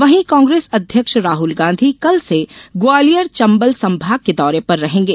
वहीं कांग्रेस अध्यक्ष राहल गांधी कल से ग्वालियर चंबल संभाग के दौरे पर रहेंगे